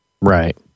Right